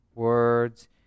Words